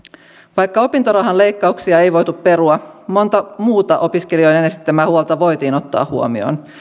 vaikka opintorahan leikkauksia ei voitu perua monta muuta opiskelijoiden esittämää huolta voitiin ottaa huomioon